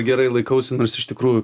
gerai laikausi nors iš tikrųjų